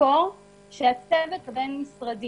לזכור שהצוות הבין-משרדי